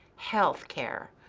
healthcare,